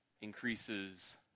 increases